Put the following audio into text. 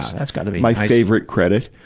and is kind of my favorite credit.